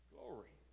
Glory